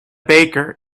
baker